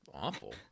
awful